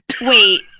Wait